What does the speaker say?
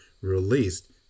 released